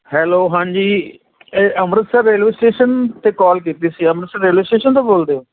hello ਹਾਂਜੀ ਇਹ Amritsar railway station 'ਤੇ ਕਾਲ ਕੀਤੀ ਸੀ ਅੰਮ੍ਰਿਤਸਰ ਰੇਲਵੇ ਸਟੇਸ਼ਨ ਤੋਂ ਬੋਲਦੇ ਹੋ